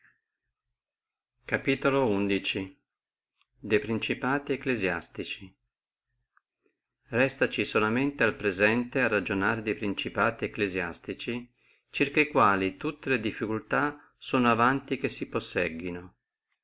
de principati ecclesiastici restaci solamente al presente a ragionare de principati ecclesiastici circa quali tutte le difficultà sono avanti che si possegghino